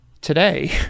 today